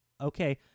okay